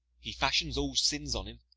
he fashions all sins on him,